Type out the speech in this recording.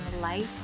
light